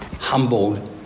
humbled